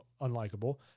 unlikable